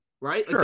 right